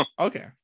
okay